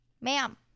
Ma'am